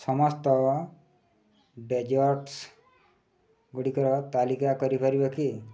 ସମସ୍ତ ଡେଜର୍ଟ୍ସ୍ଗୁଡ଼ିକର ତାଲିକା କରିପାରିବେ କି